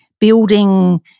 building